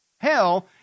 hell